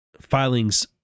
filings